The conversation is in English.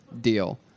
deal